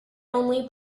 only